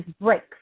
breaks